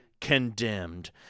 condemned